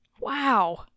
wow